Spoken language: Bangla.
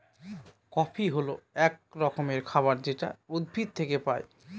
কফি হল এক রকমের খাবার যেটা উদ্ভিদ থেকে পায়